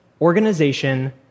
organization